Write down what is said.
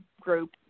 group